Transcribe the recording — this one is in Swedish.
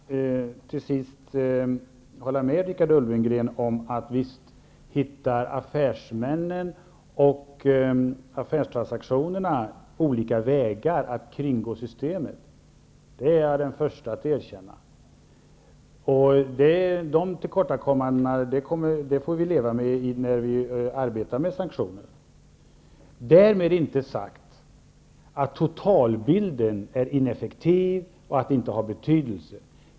Herr talman! Jag vill till sist hålla med Richard Ulfvengren om att affärsmännen visst hittar olika vägar att kringgå systemet. Det är jag den förste att erkänna. De tillkortakommandena får vi leva med när vi arbetar med sanktioner. Därmed inte sagt att totalbilden är att sanktionerna är ineffektiva och saknar betydelse.